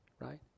right